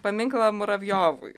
paminklą muravjovui